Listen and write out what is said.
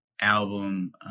album